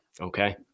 Okay